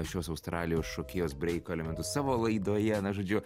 šios australijos šokėjos breiko elementus savo laidoje na žodžiu